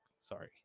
sorry